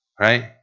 right